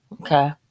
Okay